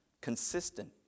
consistent